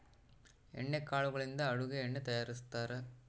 ಎಣ್ಣೆ ಕಾಳುಗಳಿಂದ ಅಡುಗೆ ಎಣ್ಣೆ ತಯಾರಿಸ್ತಾರಾ